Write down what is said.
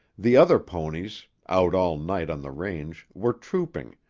the other ponies, out all night on the range, were trooping,